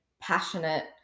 passionate